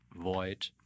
void